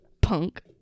punk